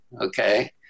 okay